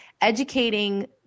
educating